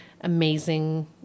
amazing